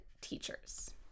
teachers